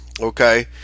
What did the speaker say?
Okay